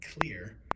clear